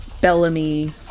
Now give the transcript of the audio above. Bellamy